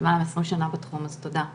למעלה מ-20 שנה בתחום, אז תודה.